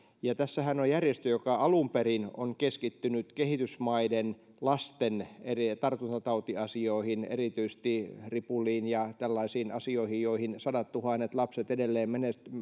että tässähän on järjestö joka alun perin on keskittynyt kehitysmaiden lasten eri eri tartuntatautiasioihin erityisesti ripuliin ja tällaisiin asioihin joihin sadattuhannet lapset edelleen